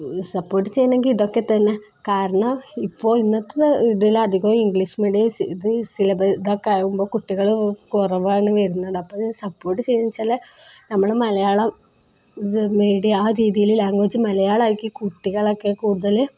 support ചെയ്യണമെങ്കില് ഇതൊക്കെ തന്നെ കാരണം ഇപ്പോള് ഇന്നത്തെ ഇതില് അധികവും ഇംഗ്ലീഷ് മീഡിയം ഇത് സിലബസ് ഇതൊക്കെയാകുമ്പോള് കുട്ടികള് കുറവാണ് വരുന്നത് അപ്പോള് സപ്പോർട്ട് ചെയ്യുകയെന്നുവെച്ചാല് നമ്മള് മലയാളം മീഡിയം ആ രീതിയില് ലാംഗ്വേജ് മലയാളമാക്കി കുട്ടികളെയൊക്കെ കൂടുതല്